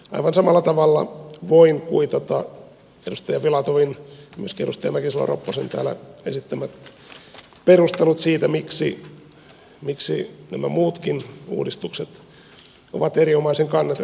aivan samalla tavalla voin kuitata edustaja filatovin ja myöskin edustaja mäkisalo ropposen täällä esittämät perustelut siitä miksi nämä muutkin uudistukset ovat erinomaisen kannatettavia